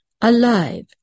Alive